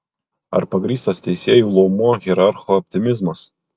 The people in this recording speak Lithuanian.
ar pagrįstas teisėjų luomo hierarcho optimizmas